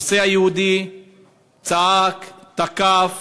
נוסע יהודי צעק, תקף